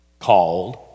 Called